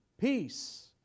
peace